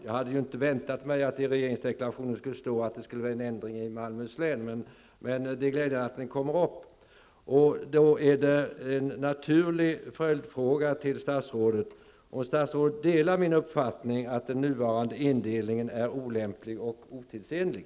Jag hade inte väntat mig att det i regeringsdeklarationen skulle stå att det skulle bli en ändring i Malmöhus län, men det är glädjande att detta kommer upp. En naturlig följdfråga till statsrådet är om hon delar min uppfattning att den nuvarande indelningen är olämplig och otidsenlig.